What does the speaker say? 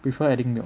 prefer adding milk